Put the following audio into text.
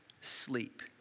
sleep